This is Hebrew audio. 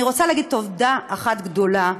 אני רוצה להגיד תודה אחת גדולה